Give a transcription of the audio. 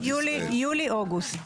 יולי-אוגוסט.